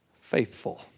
faithful